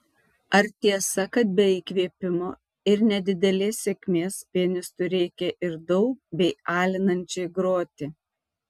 ar tiesa kad be įkvėpimo ir nedidelės sėkmės pianistui reikia ir daug bei alinančiai groti